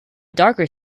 darker